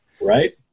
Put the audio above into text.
Right